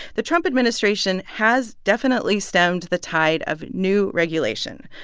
the trump administration has definitely stemmed the tide of new regulation.